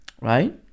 right